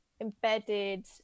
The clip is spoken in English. embedded